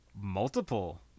multiple